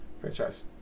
franchise